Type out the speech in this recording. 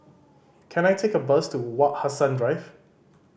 can I take a bus to Wak Hassan Drive